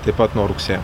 taip pat nuo rugsėjo